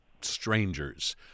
strangers